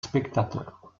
spectateurs